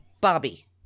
Bobby